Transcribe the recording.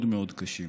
מאוד מאוד קשים.